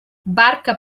barca